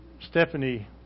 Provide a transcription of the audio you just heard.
Stephanie